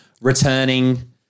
returning